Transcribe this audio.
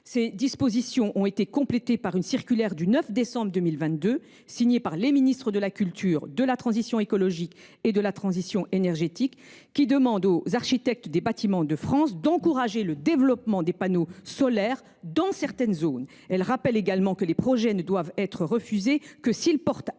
Ces dispositions ont été complétées par une circulaire du 9 décembre 2022, signée par les ministres de la culture, de la transition écologique et de la transition énergétique, demandant aux architectes des Bâtiments de France d’encourager le développement des panneaux solaires dans certaines zones. Elle rappelle également que les projets ne doivent être refusés que s’ils portent atteinte